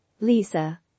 Lisa